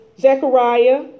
Zechariah